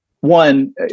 one